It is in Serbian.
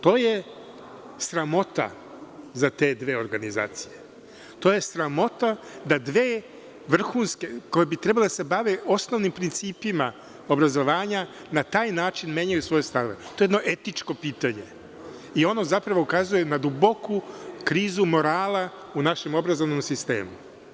To je sramota za te dve organizacije, to je sramota da dve vrhunske koje bi trebale da se bave osnovnim principima obrazovanja na taj način menjaju svoje stavove, to je jedno etičko pitanje i ono zapravo ukazuje na duboku krizu morala u našem obrazovnom sistemu.